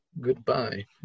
Goodbye